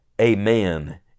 amen